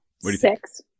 Six